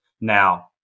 Now